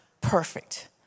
Perfect